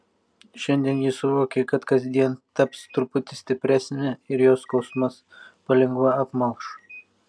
šiandien ji suvokė kad kasdien taps truputį stipresnė ir jos skausmas palengva apmalš